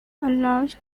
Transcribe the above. large